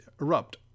erupt